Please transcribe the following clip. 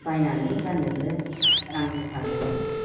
बायनानै गाननोबो रां रुफा गैया